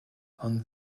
ond